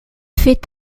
fait